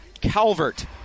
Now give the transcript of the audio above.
Calvert